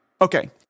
Okay